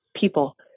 people